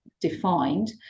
defined